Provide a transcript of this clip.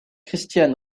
christian